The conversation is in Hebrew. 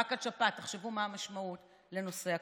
רק על שפעת, תחשבו מה המשמעות לנושא הקורונה.